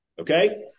Okay